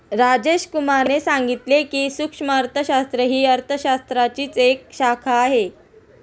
राजेश कुमार ने सांगितले की, सूक्ष्म अर्थशास्त्र ही अर्थशास्त्राचीच एक शाखा आहे